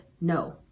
No